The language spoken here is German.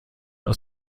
aus